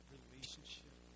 Relationship